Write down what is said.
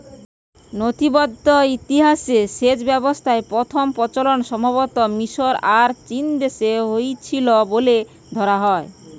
নথিবদ্ধ ইতিহাসে সেচ ব্যবস্থার প্রথম প্রচলন সম্ভবতঃ মিশর আর চীনদেশে হইছিল বলে ধরা হয়